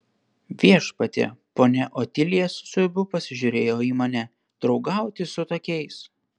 viešpatie ponia otilija su siaubu pasižiūrėjo į mane draugauti su tokiais